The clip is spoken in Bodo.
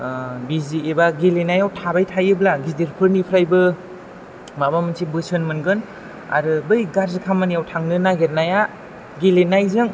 बिजि एबा गेलेनायाव थाबाय थायोब्ला गिदिरफोरनिफ्रायबो माबा मोनसे बोसोन मोनगोन आरो बै गाज्रि खामानियाव थांनो नागिरनाया गेलेनायजों